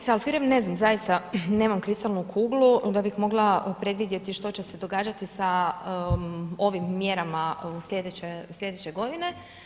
Kolegice Alfirev, ne znam zaista nemam kristalnu kuglu da bih mogla predvidjeti što će se događati sa ovim mjerama slijedeće godine.